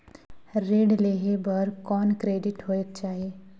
ऋण लेहे बर कौन क्रेडिट होयक चाही?